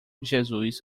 jesus